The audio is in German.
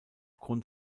grund